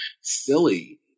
silly